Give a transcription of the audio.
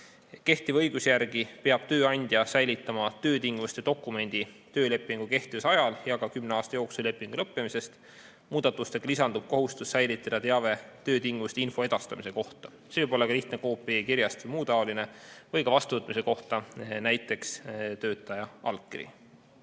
Kehtiva õiguse järgi peab tööandja säilitama töötingimuste dokumenti töölepingu kehtivuse ajal ja ka kümne aasta jooksul lepingu lõppemisest. Muudatustega lisandub kohustus säilitada teave töötingimuste info edastamise kohta. See võib olla lihtne koopia e-kirjast või midagi muud sellist või ka teabe vastuvõtmise kohta antud töötaja allkiri.